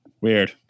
Weird